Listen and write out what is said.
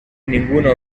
ninguno